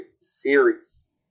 series